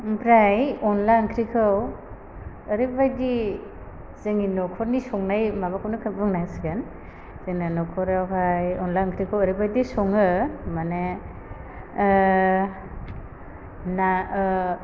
ओमफ्राय अनला ओंख्रिखौ ओरैबायदि जोंनि नखरनि संनाय माबाखौनो बुंनांसिगोन जोंना नखरावहाय अनला ओंख्रिखौ ओरैबायदि सङो माने ना